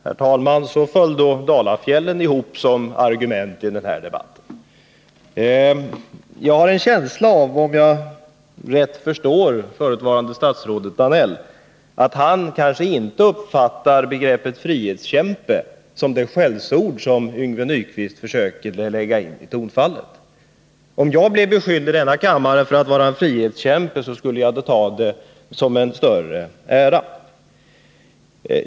Herr talman! Så föll då Dalafjällen ihop som argument i denna debatt! Om jag rätt förstår förutvarande statsrådet Danell, har jag en känsla av att han inte uppfattar begreppet frihetskämpe som det skällsord som Yngve Nyquist med sitt tonfall försökte göra det till. Om jag i denna kammare blev beskylld för att vara en frihetskämpe, skulle jag ta det som en större ära.